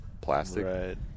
plastic